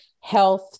health